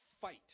fight